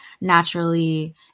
naturally